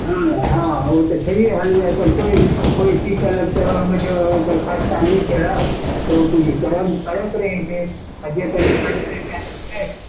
हँ हँ ओ तऽ छैहे हलवाइ पर केओ की कयलक तऽ ओहिमे पर जे छै से खस्ता नहि कयलक तऽ ओ पूरी कड़क कड़क रहैत छै आ जे कनि खस्ता कै देलकै